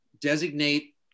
designate